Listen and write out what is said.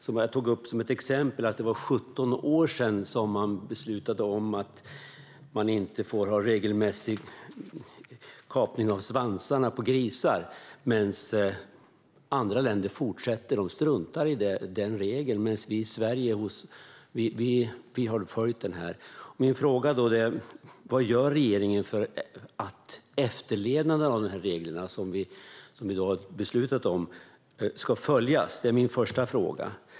Som exempel tog jag upp att det var 17 år sedan man beslutade att det inte får ske regelmässig kapning av grissvansar. Medan andra länder struntar i detta och fortsätter följer Sverige denna regel. Vad gör regeringen för det ska bli en bättre efterlevnad av de regler som har beslutats? Det är min första fråga.